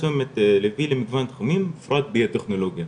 תשומת ליבי למגוון תחומים בפרט בטכנולוגיה,